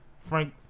Frank